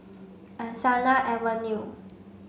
Angsana Avenue